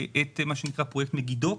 את מה שנקרא פרויקט מגידו.